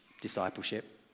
discipleship